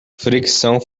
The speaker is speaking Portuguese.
fricção